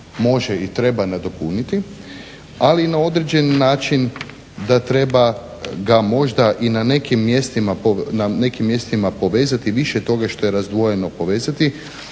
može i treba nadopuniti ali i na određeni način da treba ga možda i na nekim mjestima povezati više toga što je razdvojeno povezati.